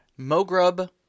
Mogrub